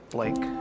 Blake